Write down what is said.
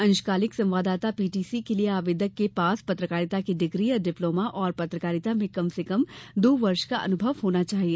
अंशकालिक संवाददाता पीटीसी के लिए आवेदक के पास पत्रकारिता की डिग्री या डिप्लोमा और पत्रकारिता में कम से कम दो वर्ष का अनुभव होना चाहिए